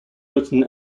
written